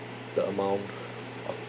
the amount of